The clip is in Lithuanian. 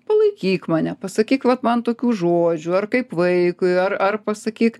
palaikyk mane pasakyk vat man tokių žodžių ar kaip vaikui ar ar pasakyk